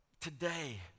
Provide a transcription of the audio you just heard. today